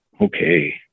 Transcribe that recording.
Okay